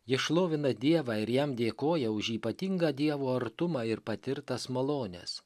ji šlovina dievą ir jam dėkoja už ypatingą dievo artumą ir patirtas malones